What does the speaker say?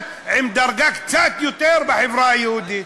עם דרגה קצת יותר גבוהה בחברה היהודית.